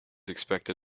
expected